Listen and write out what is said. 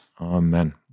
Amen